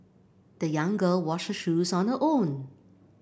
the young girl washed her shoes on her own